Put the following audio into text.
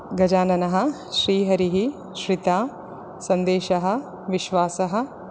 गजाननः श्रीहरिः श्रिता सन्देशः विश्वासः